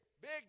big